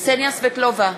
קסניה סבטלובה,